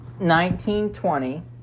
1920